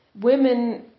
women